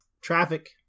Traffic